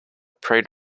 preyed